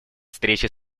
встречи